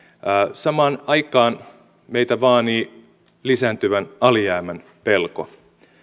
samaan aikaan meitä vaanii lisääntyvän alijäämän pelko